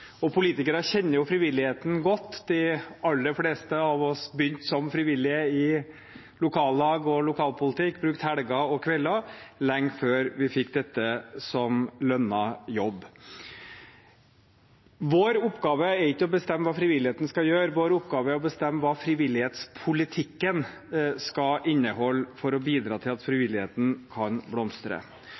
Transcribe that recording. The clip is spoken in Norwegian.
politikere kjenner frivilligheten godt. De aller fleste av oss begynte som frivillige i lokallag og lokalpolitikk, brukte helger og kvelder, lenge før vi fikk dette som lønnet jobb. Vår oppgave er ikke å bestemme hva frivilligheten skal gjøre. Vår oppgave er å bestemme hva frivillighetspolitikken skal inneholde for å bidra til at frivilligheten kan blomstre.